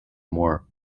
war